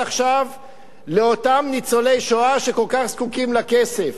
עכשיו לאותם ניצולי שואה שכל כך זקוקים לכסף.